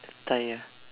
Tyre